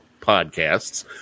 Podcasts